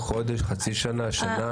חודש, חצי שנה, שנה?